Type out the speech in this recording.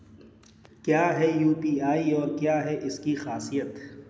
क्या है यू.पी.आई और क्या है इसकी खासियत?